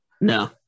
No